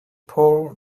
poor